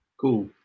cool